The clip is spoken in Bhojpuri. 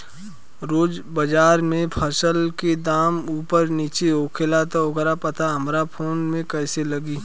रोज़ बाज़ार मे फसल के दाम ऊपर नीचे होखेला त ओकर पता हमरा फोन मे कैसे लागी?